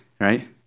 right